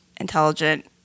intelligent